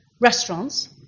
restaurants